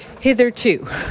hitherto